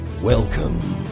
Welcome